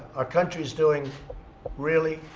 our country is doing really,